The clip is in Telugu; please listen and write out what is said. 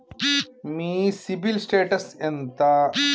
మీ సిబిల్ స్టేటస్ ఎంత?